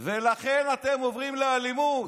ולכן אתם עוברים לאלימות.